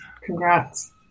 Congrats